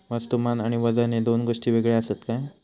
वस्तुमान आणि वजन हे दोन गोष्टी वेगळे आसत काय?